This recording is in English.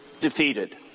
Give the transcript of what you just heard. Defeated